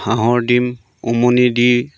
হাঁহৰ ডিম উমনি দি